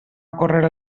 ocórrer